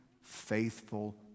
faithful